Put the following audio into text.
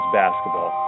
basketball